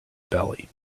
belly